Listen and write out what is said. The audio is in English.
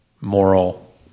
moral